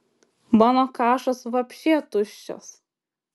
mano kašas vapše tuščias